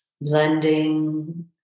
blending